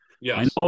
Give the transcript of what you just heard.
Yes